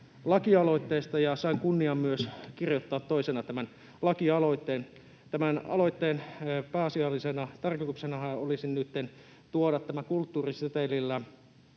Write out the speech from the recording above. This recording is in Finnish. lakialoitteesta. Sain myös kunnian allekirjoittaa toisena tämän lakialoitteen. Tämän aloitteen pääasiallisena tarkoituksenahan olisi nytten mahdollistaa, että kulttuurisetelillä